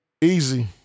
Easy